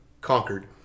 conquered